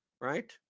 right